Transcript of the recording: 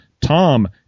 Tom